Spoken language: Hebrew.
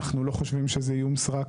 אנחנו לא חושבים שזה איום סרק,